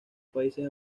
países